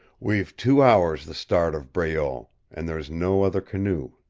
we've two hours the start of breault, and there is no other canoe.